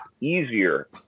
easier